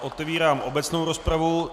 Otevírám obecnou rozpravu.